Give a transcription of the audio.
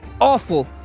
awful